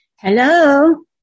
Hello